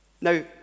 Now